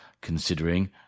considering